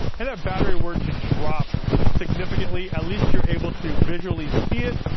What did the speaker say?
and that battery were to drop significantly, at least you're able to visually see it,